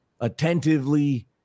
attentively